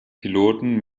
piloten